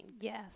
yes